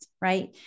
right